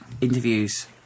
interviews